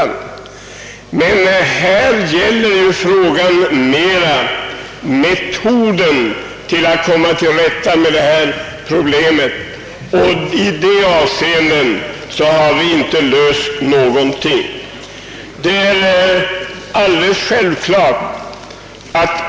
Men här gäller det metoderna att komma till rätta med missförhållandena, och där har vi inte löst några problem alls.